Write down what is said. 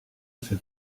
fait